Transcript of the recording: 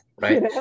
right